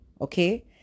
okay